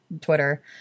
Twitter